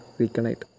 reconnect